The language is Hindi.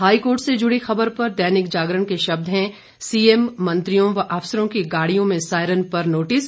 हाईकोर्ट से जुड़ी खबर पर दैनिक जागरण के शब्द हैं सीएम मंत्रियों व अफसरों की गाड़ियों में सायरन पर नोटिस